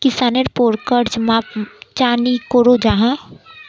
किसानेर पोर कर्ज माप चाँ नी करो जाहा?